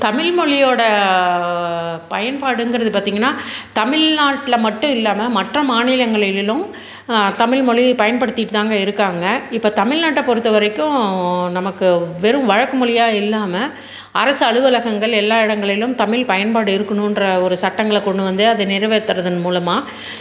தமிழ்மொழியோட பயன்பாடுங்கறது பார்த்திங்கன்னா தமிழ்நாட்டில் மட்டும் இல்லாம மற்ற மாநிலங்களிலிலும் தமிழ்மொழி பயன்படுத்திட்டு தாங்க இருக்காங்க இப்போ தமிழ்நாட்டை பொறுத்தவரைக்கும் நமக்கு வெறும் வழக்கு மொழியாக இல்லாம அரசு அலுவலகங்கள் எல்லா இடங்களிலும் தமிழ் பயன்பாடு இருக்கணும்ன்ற ஒரு சட்டங்களை கொண்டு வந்து அதை நிறைவேற்றுறதன் மூலமாக